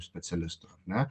specialistų ar ne